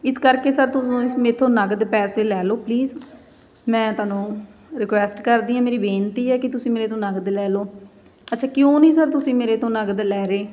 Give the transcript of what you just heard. ਇਸ ਕਰਕੇ ਸਰ ਤੁਹਾਨੂੰ ਅੱਜ ਮੇਰੇ ਤੋਂ ਨਗਦ ਪੈਸੇ ਲੈ ਲਉ ਪਲੀਜ਼ ਮੈਂ ਤੁਹਾਨੂੰ ਰਿਕੁਐਸਟ ਕਰਦੀ ਹਾਂ ਮੇਰੀ ਬੇਨਤੀ ਹੈ ਕਿ ਤੁਸੀਂ ਮੇਰੇ ਤੋਂ ਨਗਦ ਲੈ ਲਉ ਅੱਛਾ ਕਿਉਂ ਨਹੀਂ ਸਰ ਤੁਸੀਂ ਮੇਰੇ ਤੋਂ ਨਗਦ ਲੈ ਰਹੇ